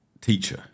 teacher